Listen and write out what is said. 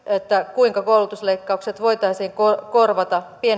kuinka koulutusleikkaukset voitaisiin korvata